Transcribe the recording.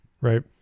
right